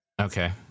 Okay